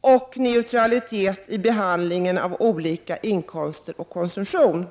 och neutralitet i behandlingen av olika inkomster och konsumtion.